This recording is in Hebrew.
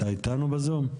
אתה איתנו בזום?